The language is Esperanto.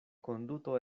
konduto